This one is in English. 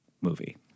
movie